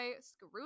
screw